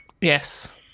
Yes